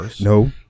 No